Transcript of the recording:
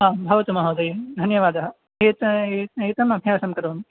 आं भवतु महोदये धन्यवादः एतम् अभ्यासं करोमि